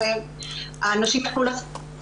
'היחידה תפעל במסגרת